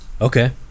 Okay